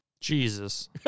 Jesus